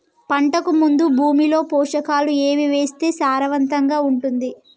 పంటకు ముందు భూమిలో పోషకాలు ఏవి వేస్తే సారవంతంగా ఉంటది?